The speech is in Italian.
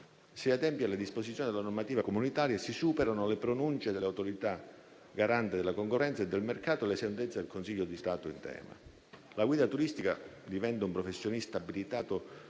Si adempie alle disposizione della normativa comunitaria e si superano le pronunce dell'Autorità garante della concorrenza e del mercato e le sentenze del Consiglio di Stato in tema. La guida turistica diventa un professionista abilitato,